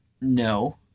No